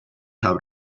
have